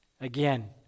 Again